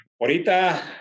ahorita